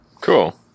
Cool